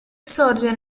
sorge